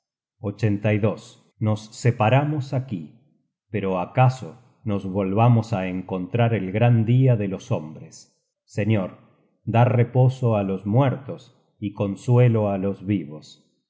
no son inventadas nos separamos aquí pero acaso nos volvamos á encontrar el gran dia de los hombres señor da reposo á los muertos y consuelo á los vivos